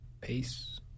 Peace